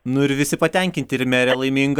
nu ir visi patenkinti ir merė laiminga